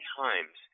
times